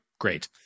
great